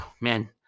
man